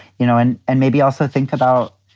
you know. and and maybe also think about.